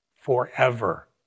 forever